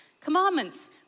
Commandments